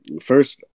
first